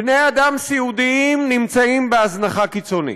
בני אדם סיעודיים נמצאים בהזנחה קיצונית,